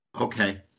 Okay